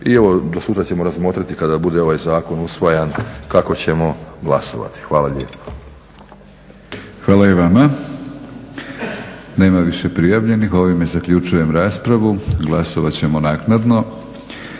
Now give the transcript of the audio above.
i evo do sutra ćemo razmotriti kada bude ovaj zakon usvajan kako ćemo glasovati. Hvala lijepo. **Batinić, Milorad (HNS)** Hvala i vama. Nema više prijavljenih. Ovime zaključujem raspravu. Glasovat ćemo naknadno.